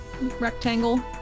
Rectangle